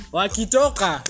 wakitoka